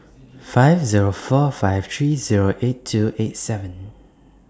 five Zero four five three Zero eight two eight seven